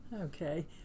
Okay